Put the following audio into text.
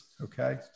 Okay